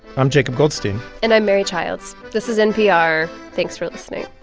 i'm jacob goldstein and i'm mary childs. this is npr. thanks for listening